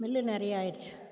mill நிறையா ஆகிருச்சு